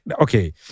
Okay